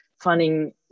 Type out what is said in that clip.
finding